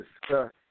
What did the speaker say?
discuss